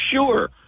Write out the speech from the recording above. Sure